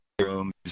rooms